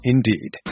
Indeed